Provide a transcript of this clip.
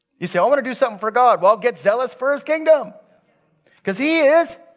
you say, i wanna do something for god. well, get zealous for his kingdom because he is.